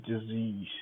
disease